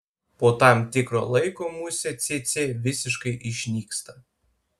po tam tikro laiko musė cėcė visiškai išnyksta